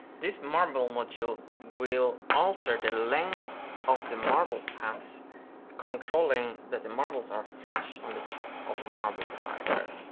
this marble module will alter the length of the marble paths controlling that the marbles are flush on the top of the marble divider.